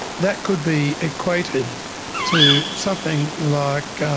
that could be equated to something like